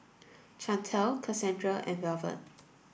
Chantelle Cassandra and Velvet